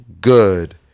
good